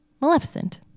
Maleficent